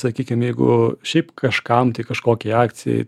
sakykim jeigu šiaip kažkam tai kažkokiai akcijai